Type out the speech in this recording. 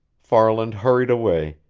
farland hurried away,